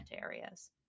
areas